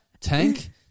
Tank